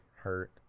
hurt